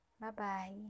Bye-bye